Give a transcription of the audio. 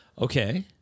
Okay